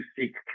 seek